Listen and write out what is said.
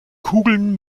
kugeln